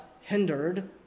hindered